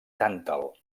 tàntal